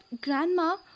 grandma